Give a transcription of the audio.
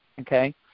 Okay